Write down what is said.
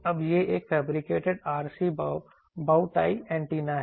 अब यह एक फैब्रिकेटेड RC बोटाई एंटीना है